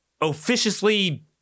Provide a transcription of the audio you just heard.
officiously